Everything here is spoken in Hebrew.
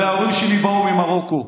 הרי ההורים שלי באו ממרוקו,